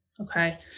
okay